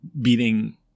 beating –